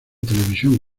televisión